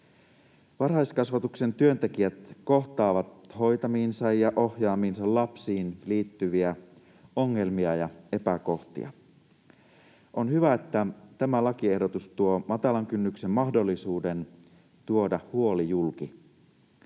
Varhaiskasvatuksen työntekijät kohtaavat hoitamiinsa ja ohjaamiinsa lapsiin liittyviä ongelmia ja epäkohtia. On hyvä, että tämä lakiehdotus tuo matalan kynnyksen mahdollisuuden tuoda huoli julki.